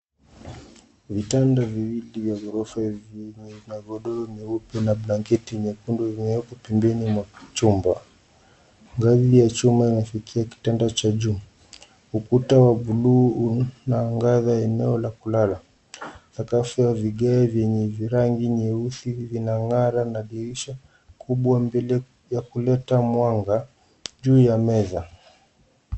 Vitanda viwili vya ghorofa vyenye magodoro meupe na blanketi nyekundu vimewekwa pembeni mwa chumba. Ngazi ya chuma inafikiwa kitanda cha juu. Ukuta wa bluu unaangaza eneo la kulala. Sakafu ya vigae vyenye virangi nyeusi vinang'ara na dirisha kubwa mbele ya kuleta mwanga juu ya meza.